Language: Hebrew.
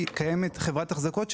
קיימת חברת החזקות,